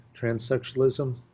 transsexualism